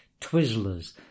Twizzlers